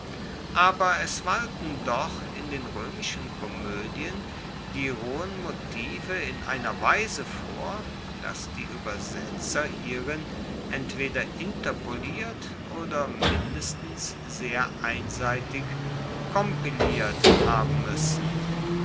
aber es walten doch in den roemischen komoedien die rohen motive in einer weise vor dass die uebersetzer hierin entweder interpoliert oder mindestens sehr einseitig kompiliert haben muessen